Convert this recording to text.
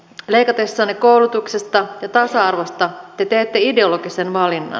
leikatessanne koulutuksesta ja tasa arvosta te teette ideologisen valinnan